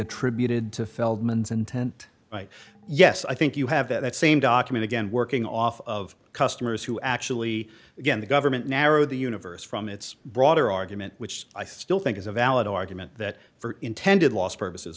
attributed to feldman's intent yes i think you have that same document again working off of customers who actually again the government narrowed the universe from its broader argument which i still think is a valid argument that for intended lost purposes